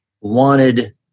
wanted